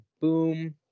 boom